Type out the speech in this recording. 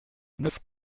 neuf